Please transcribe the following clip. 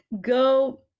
go